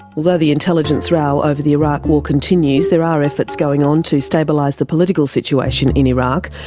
the the intelligence row over the iraq war continues, there are efforts going on to stabilise the political situation in iraq,